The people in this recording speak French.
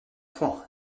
point